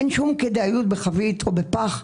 כי אין שום כדאיות בחבית או בפח...